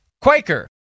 Quaker